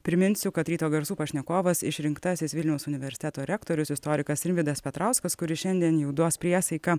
priminsiu kad ryto garsų pašnekovas išrinktasis vilniaus universiteto rektorius istorikas rimvydas petrauskas kuris šiandien jau duos priesaiką